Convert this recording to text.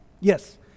Yes